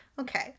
Okay